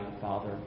Father